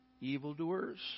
evildoers